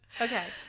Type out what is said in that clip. Okay